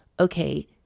Okay